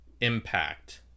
impact